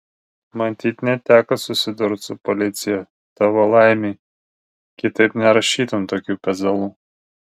matyt neteko susidurt su policija tavo laimei kitaip nerašytum tokių pezalų